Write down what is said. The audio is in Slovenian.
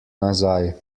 nazaj